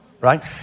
right